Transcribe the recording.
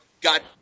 got